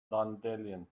dandelion